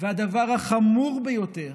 והדבר החמור ביותר